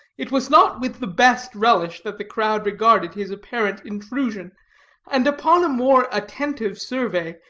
it was not with the best relish that the crowd regarded his apparent intrusion and upon a more attentive survey,